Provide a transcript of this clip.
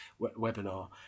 webinar